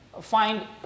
find